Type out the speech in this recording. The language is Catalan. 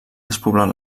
despoblar